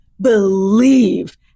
believe